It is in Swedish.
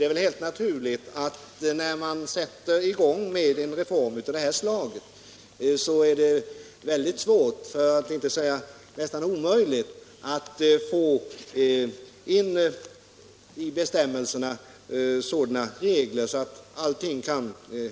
Herr talman! När man sätter i gång med en reform av det här slaget är det väldigt svårt, för att inte säga nästan omöjligt, att få in i bestämmelserna sådana regler att allting